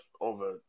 over